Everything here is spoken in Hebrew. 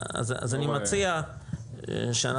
אז אני מציע שבהמשך,